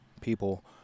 people